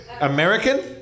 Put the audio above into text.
American